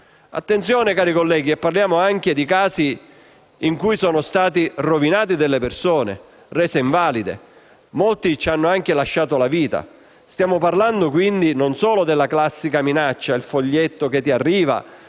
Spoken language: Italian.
Attenzione, cari colleghi, parliamo anche di casi in cui sono state rovinate delle persone o rese invalide; molti hanno anche perso la vita. Stiamo parlando quindi non solo delle classiche minacce, come il foglietto che arriva,